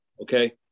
okay